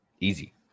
Easy